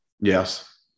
Yes